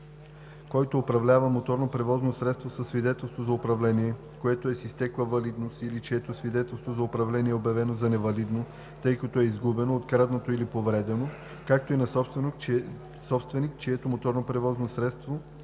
който управлява моторно превозно средство със свидетелство за управление, което е с изтекла валидност или чието свидетелство за управление е обявено за невалидно, тъй като е изгубено, откраднато или повредено, както и на собственик чието моторно превозно средство